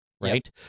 Right